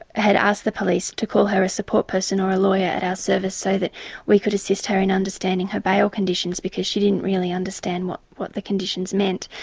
had asked the police to call her a support person or a lawyer at our service so that we could assist her in understanding her bail conditions, because she didn't really understand what what the conditions meant.